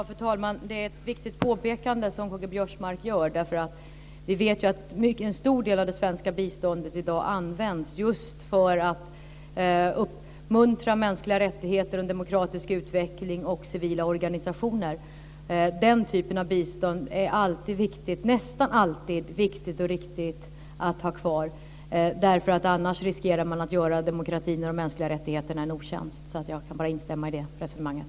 Fru talman! Det är ett viktigt påpekande som K-G Biörsmark gör. Vi vet ju att en stor del av det svenska biståndet i dag används just för att uppmuntra mänskliga rättigheter, en demokratisk utveckling och civila organisationer. Den typen av bistånd är det nästan alltid viktigt och riktigt att ha kvar. Annars riskerar man nämligen att göra demokratin och de mänskliga rättigheterna en otjänst. Jag kan bara instämma i det resonemanget.